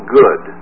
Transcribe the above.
good